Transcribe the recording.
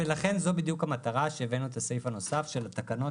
ולכן זו בדיוק המטרה שהבאנו את הסעיף הנוסף של התקנות